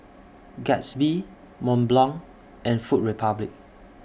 Gatsby Mont Blanc and Food Republic